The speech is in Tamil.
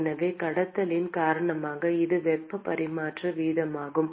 எனவே கடத்துதலின் காரணமாக இது வெப்ப பரிமாற்ற வீதமாகும்